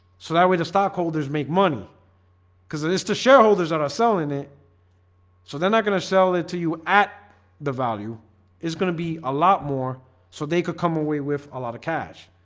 so that way the stockholders make money because it is to shareholders that are selling it so they're not gonna sell it to you at the value it's gonna be a lot more so they could come away with a lot of cash.